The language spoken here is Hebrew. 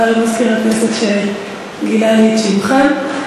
ואת מזכיר הכנסת שגילה לי את שמכם.